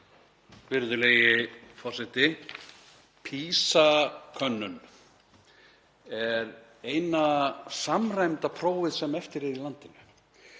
Virðulegi forseti. PISA-könnunin er eina samræmda prófið sem eftir er í landinu